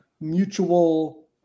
mutual